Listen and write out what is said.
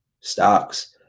stocks